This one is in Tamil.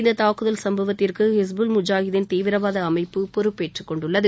இந்தத் தாக்குதல் சும்பவத்திற்கு ஹிஸ்புல் முஜாஹீதின் தீவிரவாத அமைப்பு பொறுப்பேற்றுக் கொண்டுள்ளது